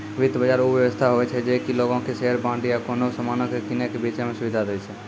वित्त बजार उ व्यवस्था होय छै जे कि लोगो के शेयर, बांड या कोनो समानो के किनै बेचै मे सुविधा दै छै